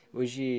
Hoje